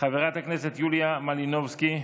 חברת הכנסת יוליה מלינובסקי,